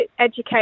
education